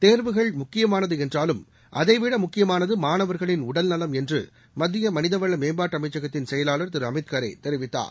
தேர்வுகள் முக்கியமானது என்றாலும் அதைவிட முக்கியமானது மாணவர்களின் உடல்நலம் என்று மத்திய மனிதவள மேம்பாட்டு அமைச்சகத்தின் செயலாளர் திரு அமித் காரே தெரிவித்தார்